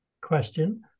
question